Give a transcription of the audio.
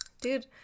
Dude